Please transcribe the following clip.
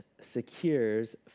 secures